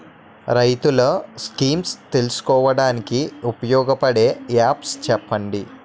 రైతులు స్కీమ్స్ తెలుసుకోవడానికి ఉపయోగపడే యాప్స్ చెప్పండి?